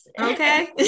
Okay